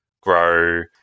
grow